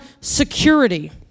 security